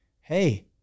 hey